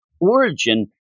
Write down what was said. origin